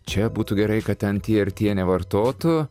čia būtų gerai kad ten tie ir tie nevartotų